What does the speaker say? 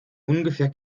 ungefähr